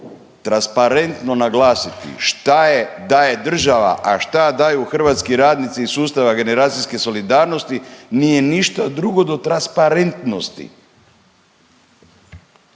transparentno naglasiti šta daje država, a šta daju hrvatski radnici iz sustava generacijske solidarnosti nije ništa drugo do transparentnosti.